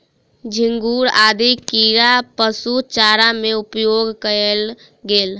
झींगुर आदि कीड़ा पशु चारा में उपयोग कएल गेल